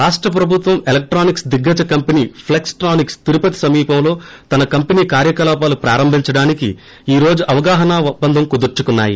రాష్ట ప్రబుత్వం ఎలక్రానిక్స్ దిగ్గజ కంపెనీ ప్లెక్స్ ట్రానిక్స్ తిరుపతి సమీపంలో తన కంపనీ కార్యకలాపాలు ప్రారంబించడానికి ఈ రోజు అవగాహన ఒప్పందం కుదుర్చుకున్నాయి